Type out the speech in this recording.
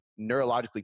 neurologically